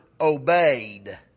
obeyed